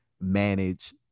manage